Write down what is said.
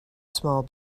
small